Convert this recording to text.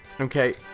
Okay